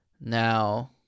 Now